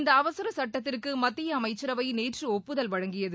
இந்த அவசர சுட்டத்திற்கு மத்திய அமைச்சரவை நேற்று ஒப்புதல் வழங்கியது